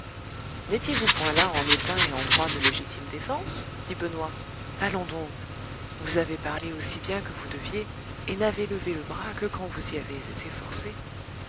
nétiez vous point là en état et en droit de légitime défense dit benoît allons donc vous avez parlé aussi bien que vous deviez et n'avez levé le bras que quand vous y avez été forcé